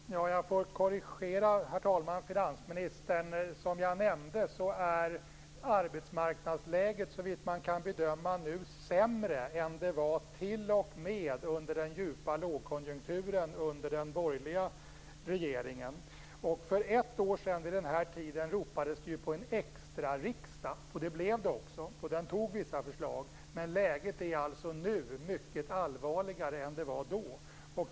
Herr talman! Jag får korrigera finansministern. Som jag nämnde är arbetsmarknadsläget, såvitt man nu kan bedöma, sämre än det var t.o.m. under den djupa lågkonjunkturen under den borgerliga regeringen. Vid den här tiden för ett år sedan ropades det ju på en extrariksdag, vilket det också blev, och den antog också vissa förslag. Men läget är alltså nu mycket allvarligare än det var då.